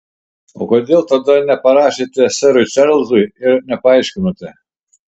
o kodėl tada neparašėte serui čarlzui ir nepaaiškinote